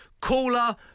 Caller